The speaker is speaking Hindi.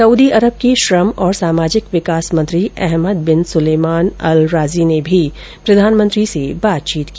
सऊदी अरब के श्रम और सामाजिक विकास मंत्री Ahmed bin Sulaiman Al Rajhi ने भी प्रधानमंत्री मोदी से बातचीत की